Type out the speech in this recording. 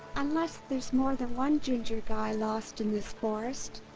unless there's more than one ginger guy lost in this forest.